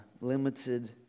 limited